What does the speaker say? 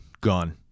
gone